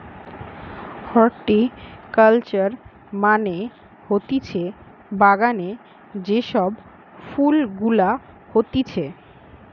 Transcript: horticulture মানে হতিছে বাগানে যে সব ফুল গুলা হতিছে